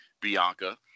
Bianca